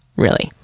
really.